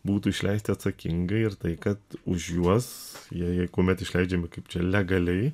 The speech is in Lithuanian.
būtų išleisti atsakingai ir tai kad už juos jei jie kuomet išleidžiami kaip čia legaliai